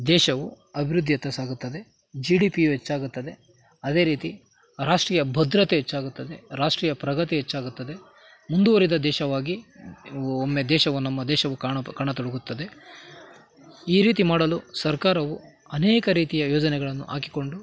ದೇಶವು ಅಭಿವೃದ್ದಿಯತ್ತ ಸಾಗುತ್ತದೆ ಜಿ ಡಿ ಪಿಯು ಹೆಚ್ಚಾಗುತ್ತದೆ ಅದೇ ರೀತಿ ರಾಷ್ಟ್ರೀಯ ಭದ್ರತೆ ಹೆಚ್ಚಾಗುತ್ತದೆ ರಾಷ್ಟ್ರೀಯ ಪ್ರಗತಿ ಹೆಚ್ಚಾಗುತ್ತದೆ ಮುಂದುವರೆದ ದೇಶವಾಗಿ ಒಮ್ಮೆ ದೇಶವು ನಮ್ಮ ದೇಶವು ಕಾಣ ಕಾಣತೊಡಗುತ್ತದೆ ಈ ರೀತಿ ಮಾಡಲು ಸರ್ಕಾರವು ಅನೇಕ ರೀತಿಯ ಯೋಜನೆಗಳನ್ನು ಹಾಕಿಕೊಂಡು